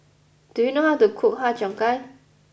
do you know how to cook Har Cheong Gai